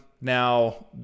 Now